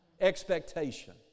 Expectation